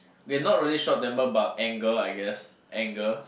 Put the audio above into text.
okay not really short temper but anger I guess anger